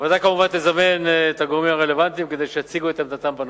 הוועדה כמובן תזמן את הגורמים הרלוונטיים כדי שיציגו את עמדתם בנושא.